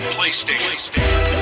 PlayStation